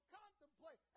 contemplate